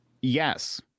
Yes